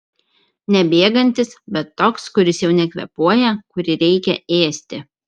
ne bėgantis bet toks kuris jau nekvėpuoja kurį reikia ėsti